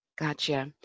Gotcha